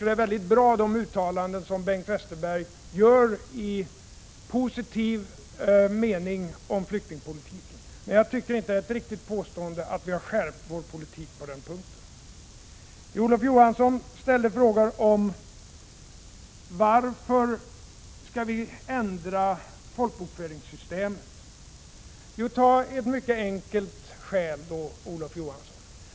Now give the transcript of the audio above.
De uttalanden som Bengt Westerberg gör i positiv mening om flyktingpolitiken tycker jag i och för sig är bra, men jag tycker inte att det är ett riktigt påstående att vi har skärpt politiken på den här punkten. Olof Johansson frågade varför vi skall ändra folkbokföringssystemet. Låt mig då nämna ett mycket enkelt skäl.